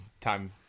time